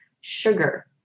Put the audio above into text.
sugar